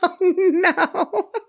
No